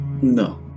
No